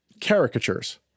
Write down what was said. caricatures